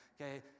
okay